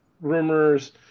rumors